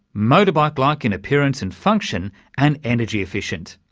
motorbike-like in appearance and function and energy efficient.